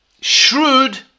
shrewd